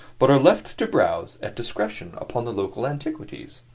but are left to browse at discretion upon the local antiquities.